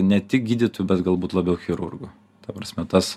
ne tik gydyti bet galbūt labiau chirurgo ta prasme tas